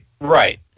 Right